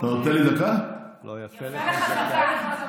יפה לך זקן.